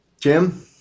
Jim